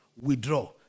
withdraw